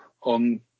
on